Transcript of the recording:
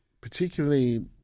particularly